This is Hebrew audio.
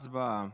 הצבעה.